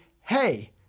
hey